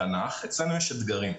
תנ"ך אצלנו יש אתגרים.